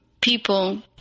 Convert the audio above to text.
people